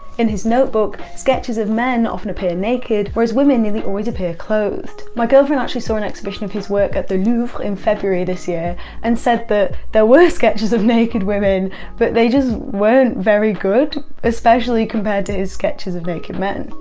in his notebook sketches of men often appear naked, whereas women nearly always appear clothed. my girlfriend actually saw an exhibition of his work at the louvre in february this year and said that there were sketches of naked women but they just weren't very good especially compared to his sketches of naked men.